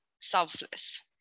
selfless